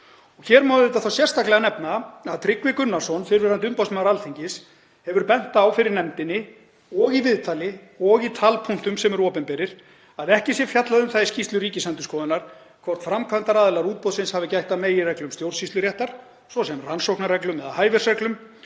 Hér má auðvitað sérstaklega nefna að Tryggvi Gunnarsson, fyrrverandi umboðsmaður Alþingis, hefur bent á fyrir nefndinni, í viðtali og í opinberum talpunktum, að ekki sé fjallað um það í skýrslu Ríkisendurskoðunar hvort framkvæmdaraðilar útboðsins hafi gætt að meginreglum stjórnsýsluréttar, svo sem rannsóknarreglum eða hæfisreglum,